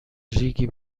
ریگی